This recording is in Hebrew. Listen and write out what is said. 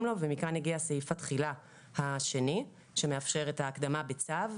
לו ומכאן הגיע סעיף התחילה השני שמאפשר את ההקדמה בצו,